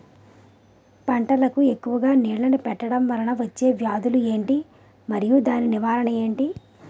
పంటలకు ఎక్కువుగా నీళ్లను పెట్టడం వలన వచ్చే వ్యాధులు ఏంటి? మరియు దాని నివారణ ఏంటి?